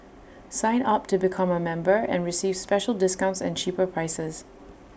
sign up to become A member and receive special discounts and cheaper prices